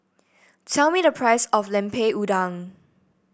tell me the price of Lemper Udang